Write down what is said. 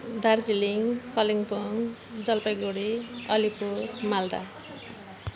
Darjeeling Kalimpong Jalpaiguri Alipur Malda